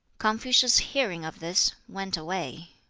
confucius, hearing of this, went away.